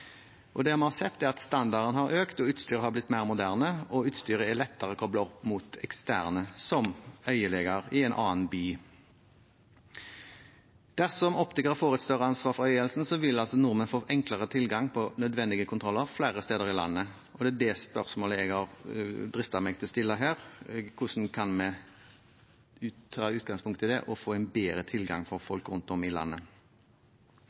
Det vi har sett, er at standarden har økt, og at utstyret er blitt mer moderne og lettere å koble opp mot eksterne, som øyeleger i en annen by. Dersom optikere får et større ansvar for øyehelsen, vil nordmenn få enklere tilgang på nødvendige kontroller flere steder i landet. Det er det spørsmålet jeg har dristet meg til å stille her: Hvordan kan vi ta utgangspunkt i det og få bedre tilgang for folk rundt om i landet?